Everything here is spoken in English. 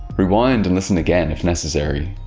rewind and listen again if necessary.